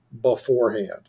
beforehand